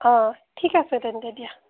অঁ ঠিক আছে তেন্তে দিয়া